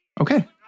Okay